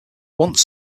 once